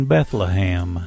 Bethlehem